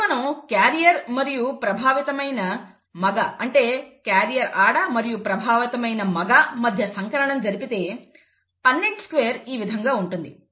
ఇప్పుడు మనం క్యారియర్ మరియు ప్రభావితమైన మగ అంటే క్యారియర్ ఆడ మరియు ప్రభావితమైన మగ మధ్య సంకరణం జరిపితే పన్నెట్ స్క్వేర్ ఈ విధంగా ఉంటుంది